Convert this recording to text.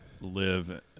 live